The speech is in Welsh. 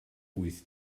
wyth